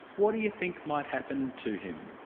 what do you think might happen to him?